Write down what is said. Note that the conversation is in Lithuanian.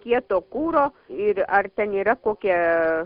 kieto kuro ir ar ten yra kokia